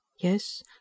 yes